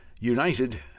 united